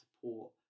support